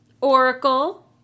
Oracle